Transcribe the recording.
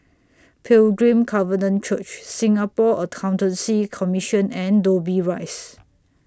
Pilgrim Covenant Church Singapore Accountancy Commission and Dobbie Rise